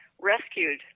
rescued